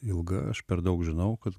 ilga aš per daug žinau kad